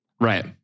Right